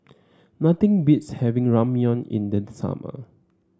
nothing beats having Ramyeon in the summer